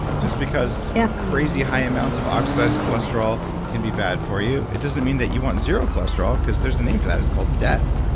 just because yeah crazy high amounts of oxidized cholesterol can be bad for you, it doesn't mean that you want zero cholesterol because there's a name for that, it's called death.